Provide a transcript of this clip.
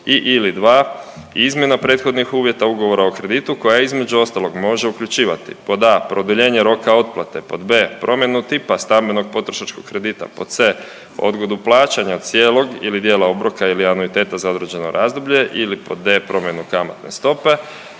ili 2 izmjena prethodnih uvjeta ugovora o kreditu koja između ostalog može uključivati. Pod A produljenje roka otplate, pod B promjenu tipa stambenog potrošačkog kredita. Pod C odgodu plaćanja cijelog ili dijela obroka ili anuiteta za određeno razdoblje ili pod D promjenu kamatne stope